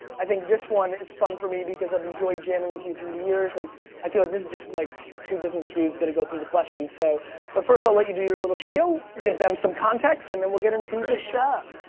i think this one is fun for me because i've enjoyed jamming with you through the years and i feel like this is just like two business dudes going to go through the questions. so but first i'll let you do your little spiel, give them some context and then will get into the show.